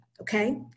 okay